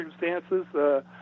circumstances